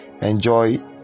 Enjoy